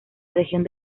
región